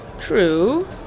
True